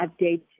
update